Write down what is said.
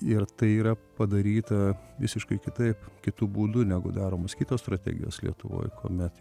ir tai yra padaryta visiškai kitaip kitu būdu negu daromos kitos strategijos lietuvoj kuomet